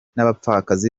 n’abapfakazi